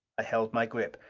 i held my grip.